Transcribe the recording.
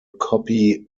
copy